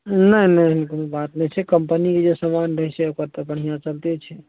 नहि नहि एहन कोनो बात नहि छै कम्पनीके जे सामान रहय छै ओकर तऽ बढ़िआँ चलिते छै